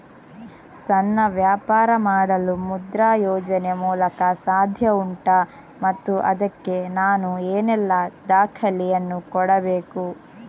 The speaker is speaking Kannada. ಸಣ್ಣ ವ್ಯಾಪಾರ ಮಾಡಲು ಮುದ್ರಾ ಯೋಜನೆ ಮೂಲಕ ಸಾಧ್ಯ ಉಂಟಾ ಮತ್ತು ಅದಕ್ಕೆ ನಾನು ಏನೆಲ್ಲ ದಾಖಲೆ ಯನ್ನು ಕೊಡಬೇಕು?